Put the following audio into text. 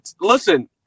listen